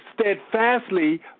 steadfastly